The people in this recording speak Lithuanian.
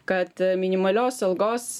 kad minimalios algos